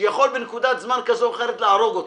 שיכול בנקודת זמן כזו או אחרת להרוג אותו.